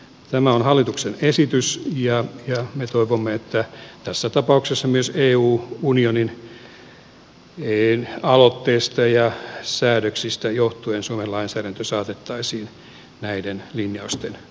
tämä on hallituksen esitys ja me toivomme että tässä tapauksessa myös euroopan unionin aloitteesta ja säädöksistä johtuen suomen lainsäädäntö saatettaisiin näiden linjausten tasalle